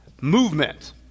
movement